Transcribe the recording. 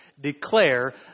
declare